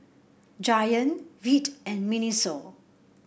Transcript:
Giant Veet and Miniso